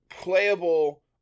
Playable